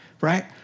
right